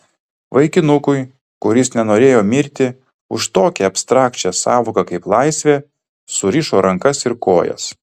vaikinukui kuris nenorėjo mirti už tokią abstrakčią sąvoką kaip laisvė surišo rankas ir kojas